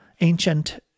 ancient